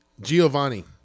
Giovanni